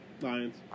Lions